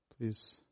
Please